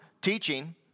teaching